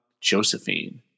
Josephine